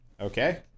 Okay